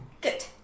Good